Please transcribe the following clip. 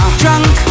drunk